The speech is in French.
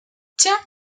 tiens